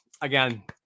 again